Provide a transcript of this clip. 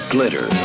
Glitter